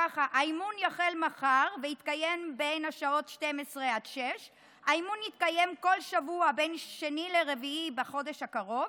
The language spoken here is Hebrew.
ככה: האימון יחל מחר ויתקיים בין השעות 12:00 עד 18:00. האימון יתקיים כל שבוע בין שני לרביעי בחודש הקרוב.